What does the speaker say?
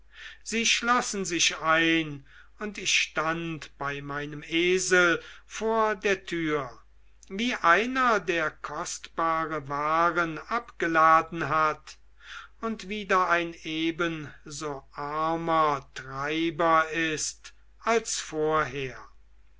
sie schlossen sich ein und ich stand bei meinem esel vor der tür wie einer der kostbare waren abgeladen hat und wieder ein ebenso armer treiber ist als vorher